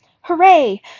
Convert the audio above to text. Hooray